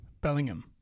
Bellingham